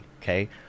okay